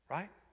Right